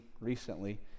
recently